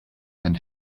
and